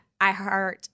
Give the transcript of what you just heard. iHeart